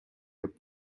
деп